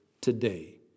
today